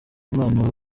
imana